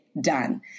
done